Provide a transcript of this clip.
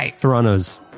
Toronto's